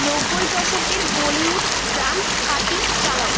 নব্বই দশকের Bollywood dance party চালাও